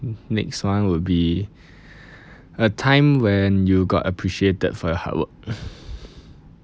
next one would be a time when you got appreciated for your hard work